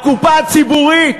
הקופה הציבורית.